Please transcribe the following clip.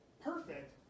perfect